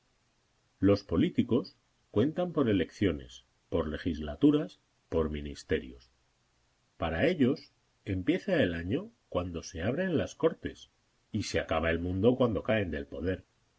los políticos cuentan por elecciones por legislaturas por ministerios para ellos empieza el año cuando se abren las cortes y se acaba el mundo cuando caen del poder